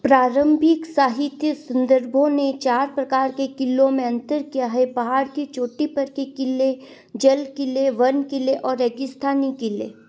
प्रारम्भिक साहित्यिक संदर्भों ने चार प्रकार के किलों में अंतर किया है पहाड़ की चोटी पर के किले जल किले वन किले और रेगिस्तानी किले